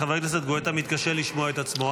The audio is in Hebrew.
חבר הכנסת גואטה מתקשה לשמוע את עצמו.